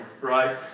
right